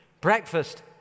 Breakfast